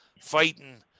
fighting